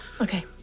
Okay